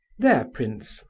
there, prince,